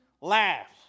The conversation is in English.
laughs